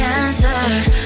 answers